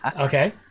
Okay